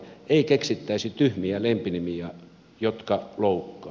ei keksittäisi tyhmiä lempinimiä jotka loukkaa